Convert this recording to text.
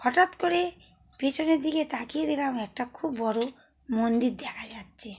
হঠাৎ করে পিছনের দিকে তাকিয়ে দেখলাম একটা খুব বড় মন্দির দেখা যাচ্ছে